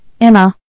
Emma